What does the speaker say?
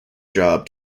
job